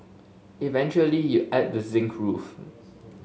eventually you add the zinc roof